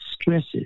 stresses